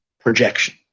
projection